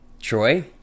Troy